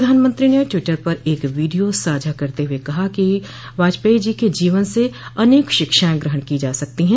प्रधानमंत्री ने ट्विटर पर एक वीडियो साझा करते हुए कहा है कि वाजपेयी जी के जीवन से अनेक शिक्षाएं ग्रहण की जा सकती हैं